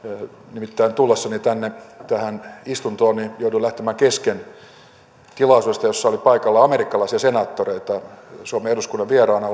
nimittäin tullessani tähän istuntoon jouduin lähtemään kesken tilaisuudesta jossa oli paikalla amerikkalaisia senaattoreita suomen eduskunnan vieraana